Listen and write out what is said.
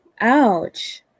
Ouch